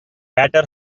better